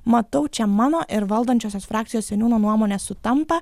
matau čia mano ir valdančiosios frakcijos seniūno nuomonės sutampa